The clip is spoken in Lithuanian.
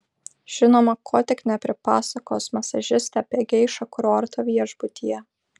žinoma ko tik nepripasakos masažistė apie geišą kurorto viešbutyje